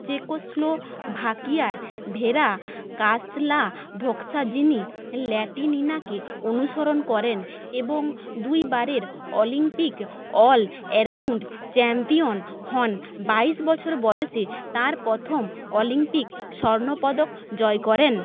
চেকোস্লোভাকিয়ার Vera Caslavska যিনি ল্যাটিনিনাকে অনুসরণ করেন এবং দুই বারের অলিম্পিক অলরাউন্ড চ্যাম্পিয়ন হন বাইশ বছর বয়সে তাঁর প্রথম অলিম্পিক স্বর্ণপদক জয় করেন